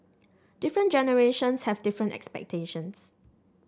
different generations have different expectations